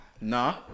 Nah